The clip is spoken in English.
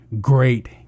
great